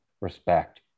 respect